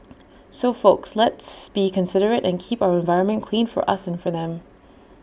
so folks let's be considerate and keep our environment clean for us and for them